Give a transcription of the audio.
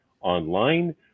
online